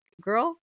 girl